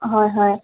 হয় হয়